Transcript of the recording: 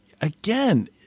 again